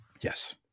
yes